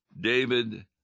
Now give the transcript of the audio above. David